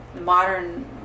modern